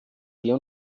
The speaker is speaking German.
wir